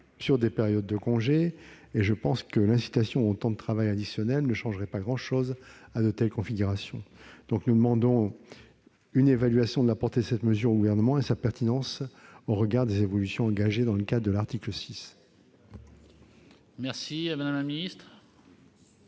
lors de périodes de congés, et je pense que l'incitation au temps de travail additionnel ne changerait pas grand-chose à de telles configurations. Nous demandons donc une évaluation de la portée de cette mesure au Gouvernement et une analyse de sa pertinence au regard des évolutions engagées dans le cadre de l'article 6. Quel est